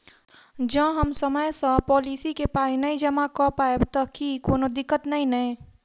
जँ हम समय सअ पोलिसी केँ पाई नै जमा कऽ पायब तऽ की कोनो दिक्कत नै नै?